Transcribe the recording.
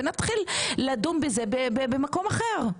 ונתחיל לדון בזה במקום אחר.